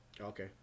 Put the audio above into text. Okay